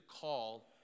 call